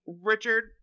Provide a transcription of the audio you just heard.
Richard